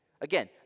Again